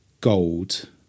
gold